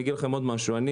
אני,